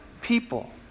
people